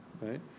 Right